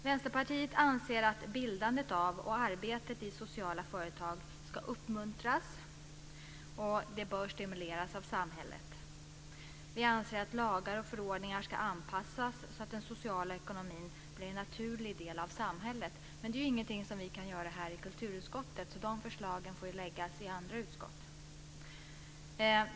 Vänsterpartiet anser att bildandet av och arbetet i sociala företag ska uppmuntras och stimuleras av samhället. Lagar och förordningar ska anpassas så att den sociala ekonomin blir en naturlig del av samhället, men det är ingenting som vi i kulturutskottet kan åstadkomma, så de förslagen får läggas fram i andra utskott.